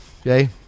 okay